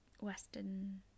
Western